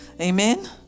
Amen